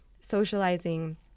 socializing